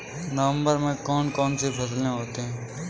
नवंबर में कौन कौन सी फसलें होती हैं?